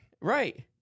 right